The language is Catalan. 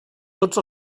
tots